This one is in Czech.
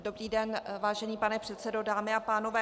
Dobrý den, vážený pane předsedo, dámy a pánové.